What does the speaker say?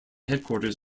headquarters